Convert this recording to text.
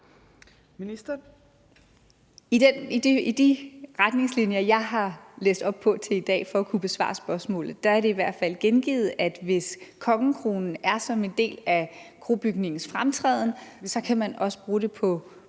Mogensen): I de retningslinjer, jeg har læst op på til i dag for at kunne besvare spørgsmålet, er det i hvert fald gengivet, at hvis kongekronen er som en del af krobygningens fremtræden, kan man også bruge det på